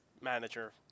manager